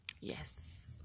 Yes